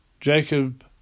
Jacob